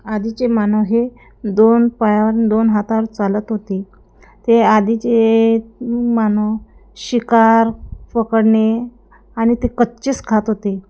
आधीचे मानव हे दोन पायावर न दोन हातावर चालत होते ते आधीचे मानव शिकार पकडणे आणि ते कच्चेच खात होते